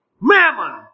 Mammon